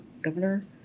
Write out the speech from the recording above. Governor